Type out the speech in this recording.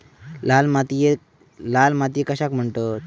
लाल मातीयेक लाल माती कशाक म्हणतत?